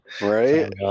right